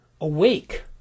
awake